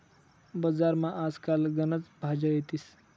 बजारमा आज काल गनच भाज्या येतीस